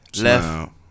Left